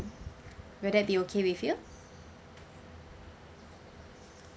would that be okay with you